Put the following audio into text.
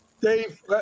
Dave